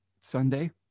Sunday